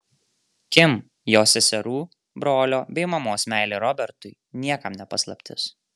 kim jos seserų brolio bei mamos meilė robertui niekam ne paslaptis